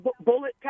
bullet